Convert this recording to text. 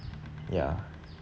ya